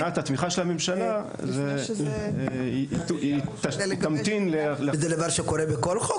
מבחינת התמיכה של הממשלה היא תמתין --- זה דבר שקורה בכל חוק?